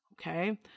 Okay